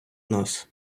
нас